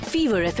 Fever